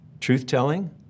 truth-telling